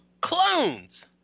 clones